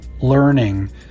learning